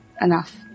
enough